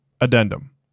Addendum